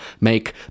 make